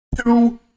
Two